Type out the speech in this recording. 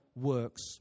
works